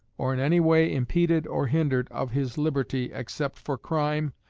or in any way impeded or hindered of his liberty, except for crime,